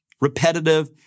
repetitive